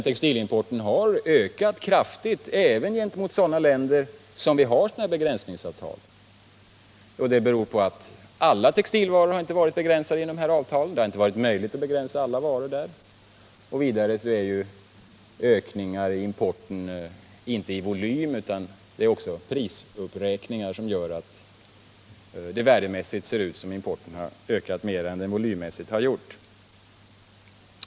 Textilimporten har ökat kraftigt, även gentemot sådana länder som vi har begränsningsavtal med, beroende på att alla textilvaror inte har varit begränsade genom avtal — det har inte varit möjligt att begränsa alla varorna där — och vidare på att ökningar av importen inte bara gäller volymen utan också prisuppräkningarna, som gör att det värdemässigt ser ut som om importen hade ökat mera än den volymmässigt har gjort.